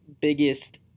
biggest